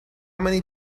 many